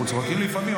אנחנו צוחקים לפעמים,